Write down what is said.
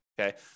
okay